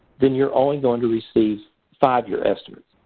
then you're only going to receive five-year estimates.